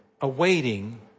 awaiting